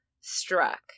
struck